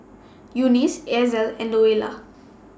Eunice Ezell and Louella